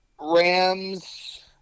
Rams